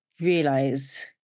realize